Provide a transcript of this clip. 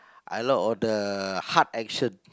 I love all the hard action